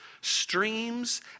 streams